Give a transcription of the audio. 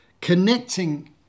Connecting